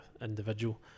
individual